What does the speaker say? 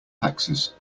taxes